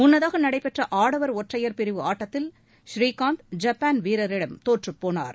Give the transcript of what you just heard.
முன்னதாக நடைபெற்ற ஆடவா் ஒற்றையா் பிரிவு ஆட்டத்தில் புரீகாந்த் ஜப்பான் வீரரிடம் தோற்றுப் போனார்